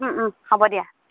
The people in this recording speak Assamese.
হ'ব দিয়া